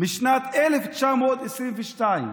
משנת 1922,